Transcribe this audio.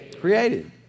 Created